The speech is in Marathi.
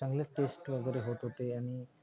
चांगल्या टेस्ट वगैरे होत होते आणि